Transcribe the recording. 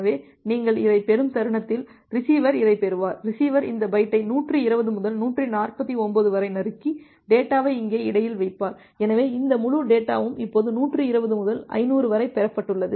எனவே நீங்கள் இதைப் பெறும் தருணத்தில் ரிசீவர் இதைப் பெறுவார் ரிசீவர் இந்த பைட்டை 120 முதல் 149 வரை நறுக்கி டேட்டாவை இங்கே இடையில் வைப்பார் எனவே இந்த முழு டேட்டாவும் இப்போது 120 முதல் 500 வரை பெறப்பட்டுள்ளது